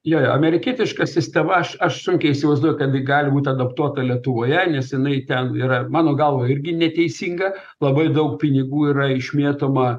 jo jo amerikietiška sistema aš aš sunkiai įsivaizduoju kad ji gali būti adaptuota lietuvoje nes jinai ten yra mano galva irgi neteisinga labai daug pinigų yra išmėtoma